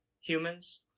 humans